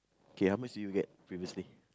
K how much do you can previously